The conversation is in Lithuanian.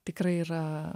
tikrai yra